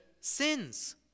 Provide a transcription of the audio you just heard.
sins